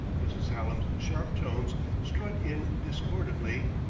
mrs. hallam's sharp tones struck in discordantly,